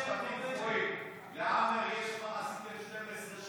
יש לך משפטים קבועים.